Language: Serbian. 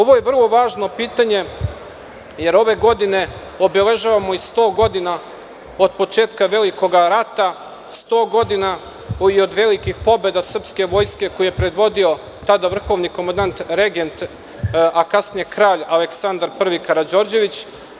Ovo je vrlo važno pitanje, jer ove godine i obeležavamo 100 godina od početka velikog rata, 100 godina od velikih pobeda srpske vojske koju je predvodio tada vrhovni komandant Regent, a kasnije Kralj Aleksandar I Karađorđević.